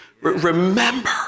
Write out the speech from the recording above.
Remember